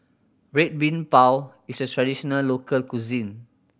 Red Bean Bao is a traditional local cuisine